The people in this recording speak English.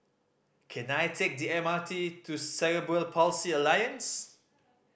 can I take the M R T to Cerebral Palsy Alliance